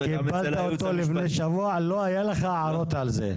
קיבלת אותו לפני שבוע ולא היו לך הערות על זה.